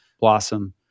blossom